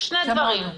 שני דברים,